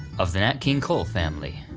of the nat king cole family.